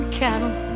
cattle